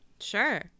Sure